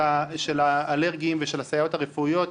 של האלרגיים והסייעות הרפואיות,